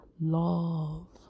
love